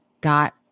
got